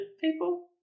people